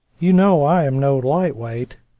you know i am no light weight,